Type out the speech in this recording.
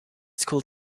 school